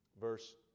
verse